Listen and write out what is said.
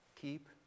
keep